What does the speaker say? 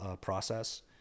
process